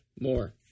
more